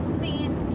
please